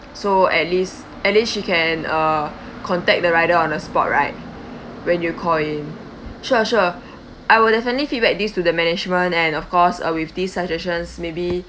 so at least at least she can uh contact the rider on the spot right when you call him sure sure